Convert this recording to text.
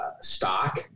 stock